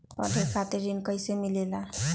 पढे खातीर ऋण कईसे मिले ला?